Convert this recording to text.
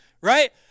Right